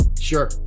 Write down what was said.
sure